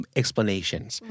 explanations